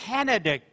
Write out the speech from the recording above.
Canada